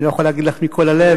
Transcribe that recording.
אני לא יכול להגיד לך מכל הלב,